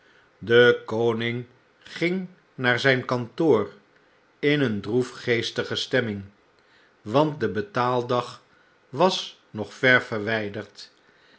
de koning ging naar zijn kantoor in een droefgeestige stemming want de betaaldag was nog ver verwyderd